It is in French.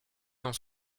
dans